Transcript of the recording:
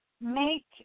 make